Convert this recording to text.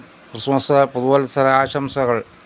Christmas പുതുവത്സരാശംസകള്